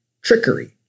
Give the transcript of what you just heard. trickery